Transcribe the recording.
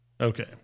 Okay